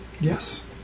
Yes